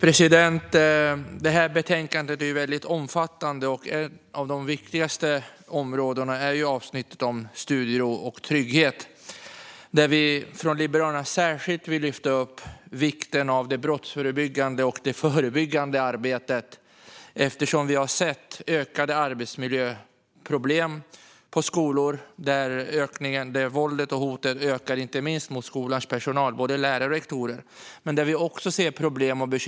Herr ålderspresident! Det här är ett omfattande betänkande. Ett av de viktigaste områdena i betänkandet är avsnittet om studiero och trygghet. Liberalerna vill särskilt lyfta upp vikten av det brottsförebyggande och det förebyggande arbetet. Vi har sett ökade arbetsmiljöproblem på skolor. Våldet och hoten ökar i skolor, inte minst mot personalen, både lärare och rektorer.